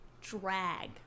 drag